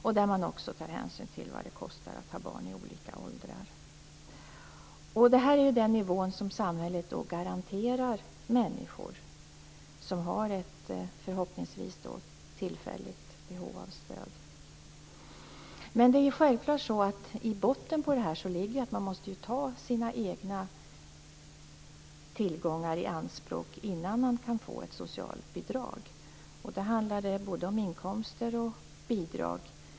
Där tar man också hänsyn till vad det kostar att ha barn i olika åldrar. Detta är den nivå som samhället garanterar människor som har ett, förhoppningsvis tillfälligt, behov av stöd. Men i botten på detta ligger självfallet att man måste ta sina egna tillgångar i anspråk innan man kan få ett socialbidrag. Det handlar både om inkomster och bidrag.